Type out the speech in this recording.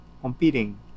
competing